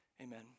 amen